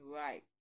right